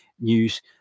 news